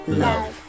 love